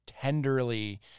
tenderly